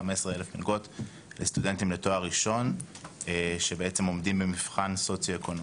כ-15,000 מלגות לסטודנטים לתואר ראשון שעומדים במבחן הסוציואקונומי.